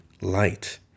light